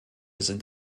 sind